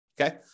okay